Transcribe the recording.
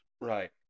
Right